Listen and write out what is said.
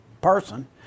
person